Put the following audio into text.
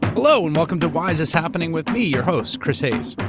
hello, and welcome to why is this happening? with me, your host, chris hayes.